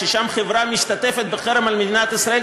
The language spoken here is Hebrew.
ששם חברה שמשתתפת בחרם על מדינת ישראל,